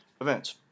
events